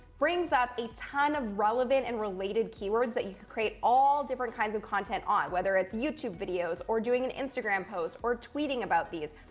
brings up a ton of relevant and related keywords that you can create all different kinds of content on. whether it's youtube videos, or doing an instagram post, or tweeting about these.